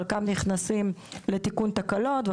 חלקם נכנסים לתיקון תקלות,